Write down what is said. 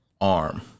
Arm